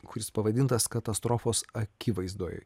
kuris pavadintas katastrofos akivaizdoj